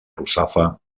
russafa